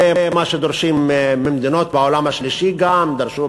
זה גם מה שדורשים ממדינות בעולם השלישי, דרשו